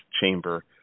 chamber